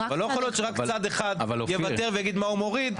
אבל לא יכול להיות שרק צד אחד יוותר ויגיד מה הוא מוריד,